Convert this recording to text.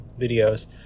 videos